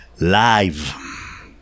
live